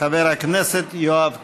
חבר הכנסת יואב קיש.